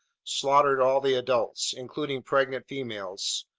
slaughtered all the adults, including pregnant females,